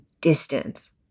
distance